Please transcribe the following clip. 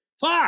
Fuck